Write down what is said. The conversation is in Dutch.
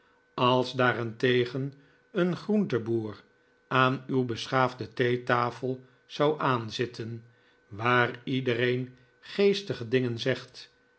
als daarentegen een groenteboer aan uw beschaafde tlieetafel zou aanzitten waar iedereen geestige dingen zegt